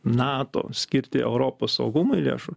nato skirti europos saugumui lėšų